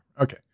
Okay